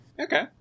Okay